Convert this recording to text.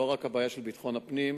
זו לא רק בעיה של ביטחון הפנים,